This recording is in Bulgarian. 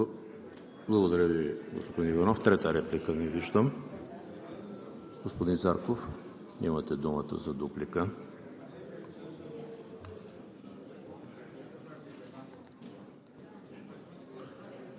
Благодаря Ви, господин Иванов. Трета реплика? Не виждам. Господин Зарков, имате думата за дуплика.